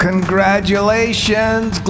Congratulations